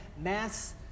mass